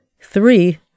three